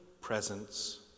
presence